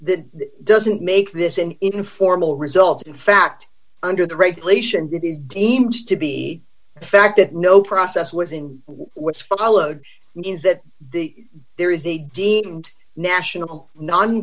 that doesn't make this an informal result in fact under the regulations it is deemed to be the fact that no process was in what's followed means that the there is a deed and national non